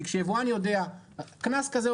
כי קנס כזה,